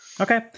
Okay